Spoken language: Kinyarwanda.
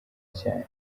cyane